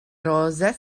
rose